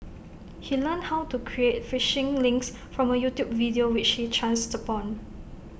he learned how to create phishing links from A YouTube video which he chanced upon